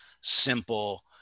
simple